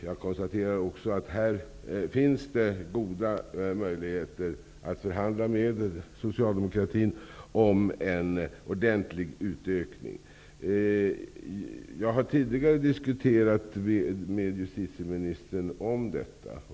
Jag konstaterar också att det här finns goda möjligheter att förhandla med socialdemokratin om en ordentlig utökning. Jag har tidigare diskuterat med justitieministern om detta.